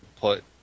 put